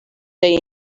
day